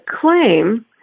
claim